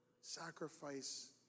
sacrifice